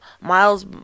Miles